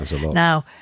Now